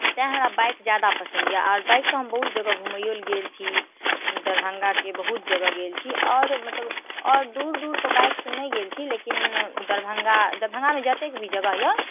तैँ हमरा बाइक ज्यादा पसन्द यए आओर बाइकसँ हम बहुत जगह घुमैओ लेल गेल छी दरभंगाके बहुत जगह गेल छी आओर मतलब आओर दूर दूर तक बाइकसँ नहि गेल छी लेकिन दरभंगा दरभंगामे जतेक भी जगह यए